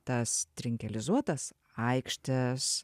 tas trinkelizuotas aikštes